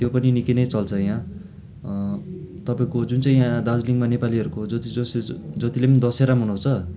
त्यो पनि निक्कै नै चल्छ यहाँ तपाईँको जुन चाहिँ यहाँ दार्जिलिङमा नेपालीहरूको जो चाहिँ जो जतिले पनि दशहरा मनाउँछ